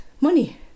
money